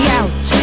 out